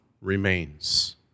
remains